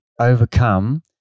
overcome